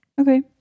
Okay